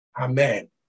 Amen